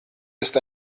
ist